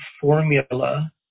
formula